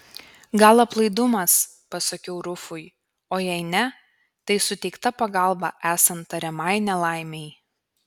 gal aplaidumas pasakiau rufui o jei ne tai suteikta pagalba esant tariamai nelaimei